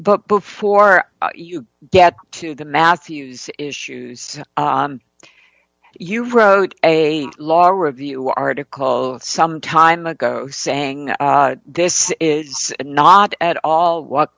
but before you get to the matthews issues you wrote a law review article some time ago saying this is not at all w